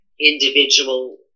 individual